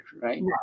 right